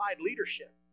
leadership